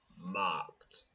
Marked